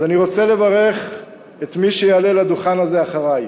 אני רוצה לברך את מי שיעלה לדוכן הזה אחרי,